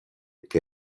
che